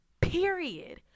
Period